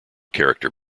character